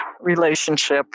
relationship